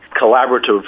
collaborative